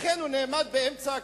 לכן הוא נעמד באמצע הכביש.